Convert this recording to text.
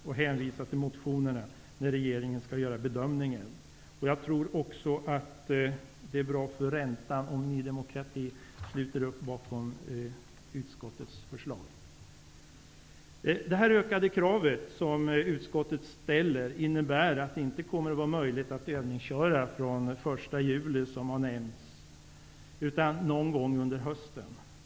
Man hänvisar till motionerna när regeringen skall göra bedömningen. Jag tror också att det är bra för räntan, om Ny demokrati sluter upp bakom utskottets förslag. Det ökade kravet som utskotttet ställer innebär att det inte kommer att vara möjligt att övningsköra vid 16 års ålder från den 1 juli som har nämnts, utan det blir aktuellt någon gång under hösten.